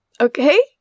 Okay